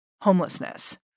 Homelessness